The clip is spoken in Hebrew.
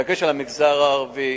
בדגש על המגזר הערבי,